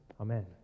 Amen